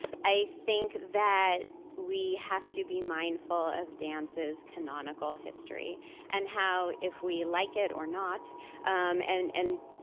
i think that we have to be mindful of dance's canonical history and how if we like it or not and and